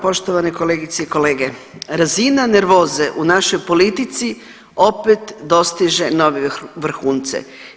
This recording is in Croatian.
Poštovane kolegice i kolege, razina nervoze u našoj politici opet dostiže nove vrhunce.